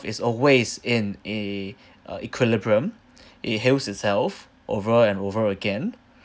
is always in a a equilibrium it heals itself over and over again